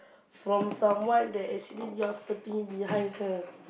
from someone that actually you are flirting behind her